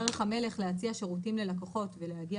דרך המלך להציע שירותים ללקוחות ולהגיע